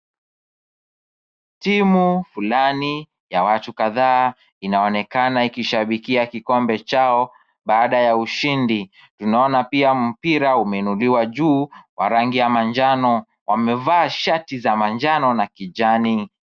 Timu fulani ya watu kadhaa inaonekana ikishabikia kikombe chao baada ya ushindi. Tunaona pia mpira umeinuliwa juu wa rangi ya manjano. Wamevaa shati za manjano na kijani.